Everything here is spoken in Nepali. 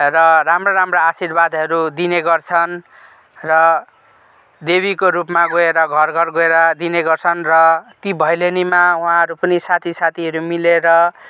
र राम्रा राम्रा आशिर्वादहरू दिने गर्छन् र देवीको रूपमा गोर घर घर गएर दिने गर्छन् र ती भैलिनीमा उहाँहरू पनि साथी साथीहरू मिलेर